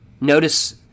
notice